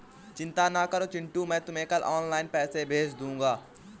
चिंता ना करो चिंटू मैं तुम्हें कल ऑनलाइन पैसे भेज दूंगा